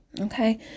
Okay